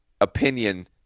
opinion